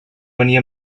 venir